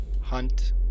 hunt